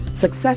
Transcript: Success